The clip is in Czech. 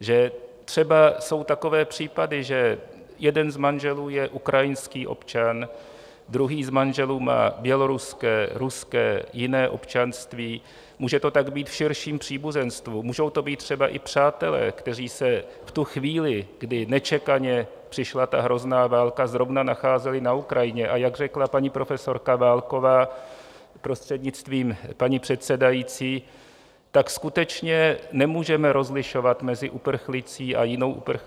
že třeba jsou takové případy, že jeden z manželů je ukrajinský občan, druhý z manželů má běloruské, ruské, jiné občanství, může to tak být v širším příbuzenstvu, můžou to být třeba i přátelé, kteří se v tu chvíli, kdy nečekaně přišla ta hrozná válka, zrovna nacházeli na Ukrajině, a jak řekla paní profesorka Válková, prostřednictvím paní předsedající, tak skutečně nemůžeme rozlišovat mezi uprchlicí a jinou uprchlicí, uprchlíkem a jiným uprchlíkem.